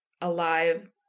alive